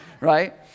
right